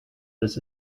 this